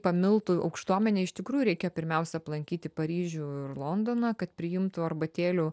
pamiltų aukštuomenė iš tikrųjų reikia pirmiausia aplankyti paryžių ir londoną kad priimtų arbatėlių